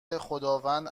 خداوند